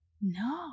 No